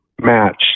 match